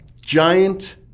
giant